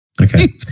Okay